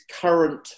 current